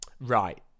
Right